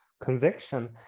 conviction